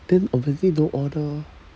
then obviously don't order orh